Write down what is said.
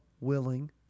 willing